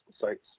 sites